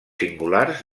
singulars